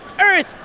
earth